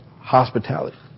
hospitality